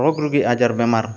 ᱨᱳᱜᱽ ᱨᱩᱜᱤ ᱟᱡᱟᱨ ᱵᱮᱢᱟᱨ